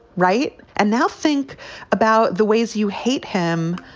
right. and now think about the ways you hate him.